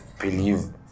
believe